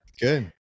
Good